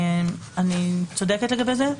אני צודקת לגבי זה?